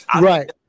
Right